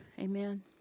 amen